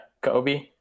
Kobe